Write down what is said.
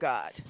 God